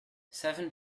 seven